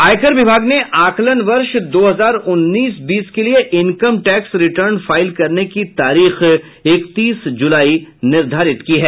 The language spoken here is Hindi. आयकर विभाग ने आकलन वर्ष दो हजार उन्नीस बीस के लिये इनकम टैक्स रिटर्न फाइल करने की तारीख इकतीस जुलाई निर्धारित की है